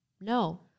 No